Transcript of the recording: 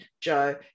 joe